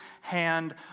hand